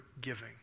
giving